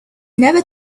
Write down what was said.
never